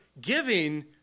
giving